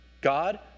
God